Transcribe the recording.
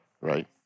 right